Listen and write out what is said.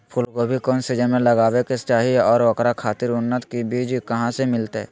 फूलगोभी कौन सीजन में लगावे के चाही और ओकरा खातिर उन्नत बिज कहा से मिलते?